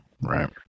Right